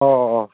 ꯑꯧ ꯑꯧ ꯑꯧ